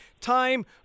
time